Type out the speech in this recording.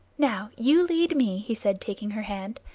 now you lead me, he said, taking her hand,